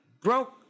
broke